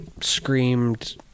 screamed